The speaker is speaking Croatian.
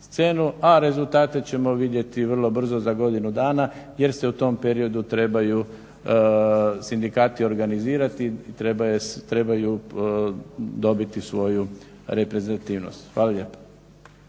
a rezultate ćemo vidjeti vrlo brzo za godinu dana jer se u tom periodu trebaju sindikati organizirati, trebaju dobiti svoju reprezentativnost. Hvala lijepa.